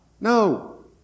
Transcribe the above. No